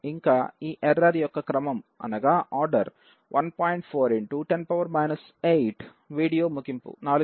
ఇంకా ఈ ఎర్రర్ యొక్క క్రమం 1